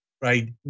Right